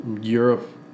Europe